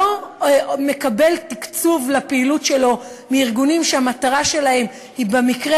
לא מקבל תקצוב לפעילות שלו מארגונים שהמטרה שלהם היא במקרה